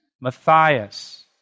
Matthias